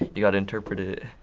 you gotta interpret it. oh,